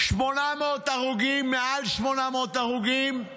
מעל 800 הרוגים,